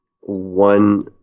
one